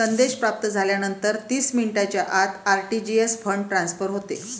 संदेश प्राप्त झाल्यानंतर तीस मिनिटांच्या आत आर.टी.जी.एस फंड ट्रान्सफर होते